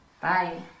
bye